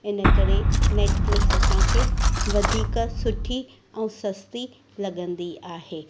इन करे नेटफ्लिक्स असांखे वधीक सुठी ऐं सस्ती लॻंदी आहे